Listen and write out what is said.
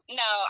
no